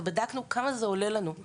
ובדקנו כמה זה עולה לנו.